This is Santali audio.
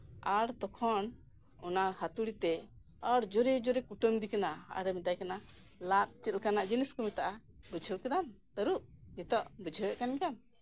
ᱟᱨ ᱛᱚᱠᱷᱚᱱ ᱚᱱᱟ ᱦᱟᱹᱛᱩᱲᱤᱛᱮ ᱟᱨ ᱡᱳᱨᱮ ᱡᱳᱨᱮ ᱠᱩᱴᱟᱢᱮᱫᱮ ᱠᱟᱱᱟ ᱟᱨᱮ ᱢᱮᱛᱟᱭ ᱠᱟᱱᱟ ᱞᱟᱫ ᱪᱮᱫ ᱞᱮᱠᱟᱱᱟᱜ ᱡᱤᱱᱤᱥ ᱠᱚ ᱢᱮᱛᱟᱜᱼᱟ ᱵᱩᱡᱷᱟᱹᱣ ᱠᱮᱫᱟᱢ ᱛᱟᱹᱨᱩᱵᱽ ᱱᱤᱛᱚᱜ ᱵᱩᱡᱷᱟᱹᱣ ᱮᱫ ᱠᱟᱱ ᱜᱮᱭᱟᱢ